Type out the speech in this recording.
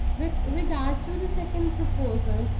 with regard to the second proposal,